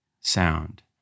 sound